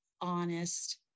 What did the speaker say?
honest